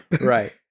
Right